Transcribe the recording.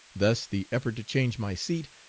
thus the effort to change my seat,